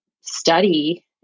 study